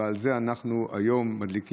ובגלל זה אנחנו היום מדליקים,